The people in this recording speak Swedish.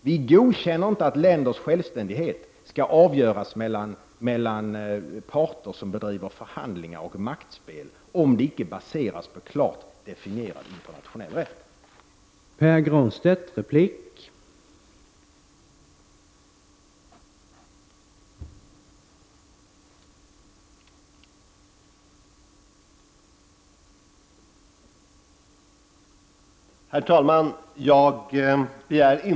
Vi godkänner inte att länders självständighet skall avgöras mellan parter som bedriver förhandlingar och maktspel, om det icke baseras på klart definierad internationell rätt.